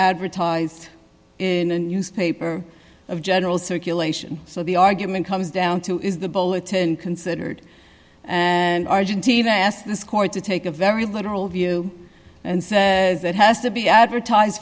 advertised in a newspaper of general circulation so the argument comes down to is the bulletin considered an argentine i asked the court to take a very literal view and say it has to be advertise